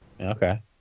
Okay